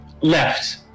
left